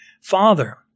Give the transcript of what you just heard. Father